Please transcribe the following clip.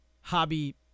Hobby